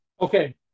Okay